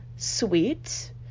sweet